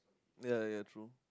ya ya ya true